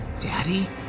Daddy